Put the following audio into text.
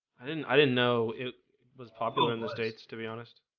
i didn't i didn't know it was popular in the states to be honest